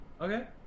Okay